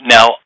Now